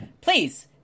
please